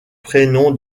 prénom